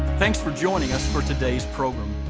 thanks for joining us for today's program.